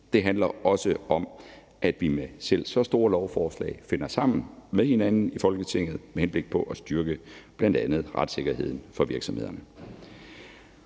Det handler også om, at vi med selv så store lovforslag finder sammen med hinanden i Folketinget med henblik på at styrke bl.a. retssikkerheden for virksomhederne.